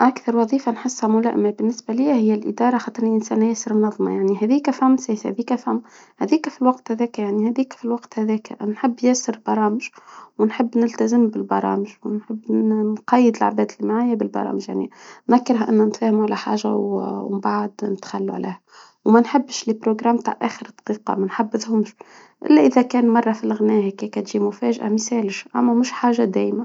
اكثر وظيفة نحسها ملائمة بالنسبة لي هي الادارة حتى نسير ناس منظمة يعني هذيكا هذيكا هذيكا في الوقت هذاكا يعني هذيكا في الوقت هذاكا من حب يسر برامج ونحب نلتزم بالبرامج ونحب نقيد اللعبات اللي معايا بالبرامج يعنى نذكره ان نتفاهمو على حاجة ومن بعد نتخلى عليها وما نحبش البروجرام بتاع اخر دقيقة ما نحبتهوش الا اذا كان مرة في الغنا هاكا كان في مفاجأة مثال اما مش حاجة دايمة.